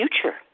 future